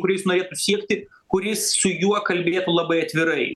kuris norėtų siekti kuris su juo kalbėtų labai atvirai